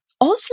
Oslo